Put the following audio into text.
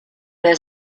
there